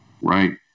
Right